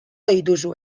dituzue